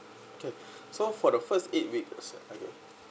okay so for the first eight weeks hundred